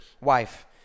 wife